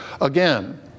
again